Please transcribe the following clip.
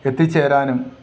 എത്തിച്ചേരാനും